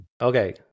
Okay